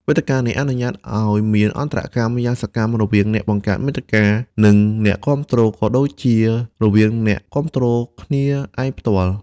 វេទិកានេះអនុញ្ញាតឲ្យមាន អន្តរកម្ម យ៉ាងសកម្មរវាងអ្នកបង្កើតមាតិកា និងអ្នកគាំទ្រ ក៏ដូចជារវាងអ្នកគាំទ្រគ្នាឯងផ្ទាល់។